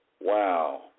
Wow